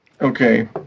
Okay